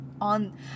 on